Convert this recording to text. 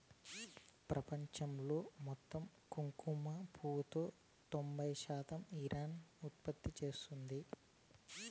ప్రపంచంలోని మొత్తం కుంకుమ పువ్వులో తొంబై శాతం ఇరాన్ ఉత్పత్తి చేస్తాంది